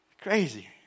Crazy